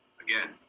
again